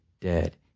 dead